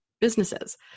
businesses